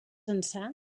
ençà